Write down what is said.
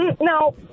no